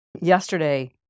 Yesterday